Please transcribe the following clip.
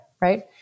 right